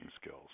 skills